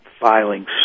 filing